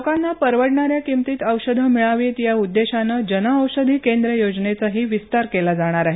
लोकांना परवडणाऱ्या किमतीत औषधं मिळावीत या उद्देशानं जन औषधी केंद्र योजनेचाही विस्तार केला जाणार आहे